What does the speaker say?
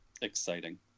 exciting